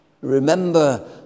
Remember